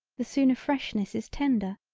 the sooner freshness is tender,